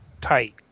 tight